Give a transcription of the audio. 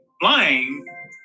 Flying